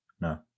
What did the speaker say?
no